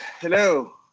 hello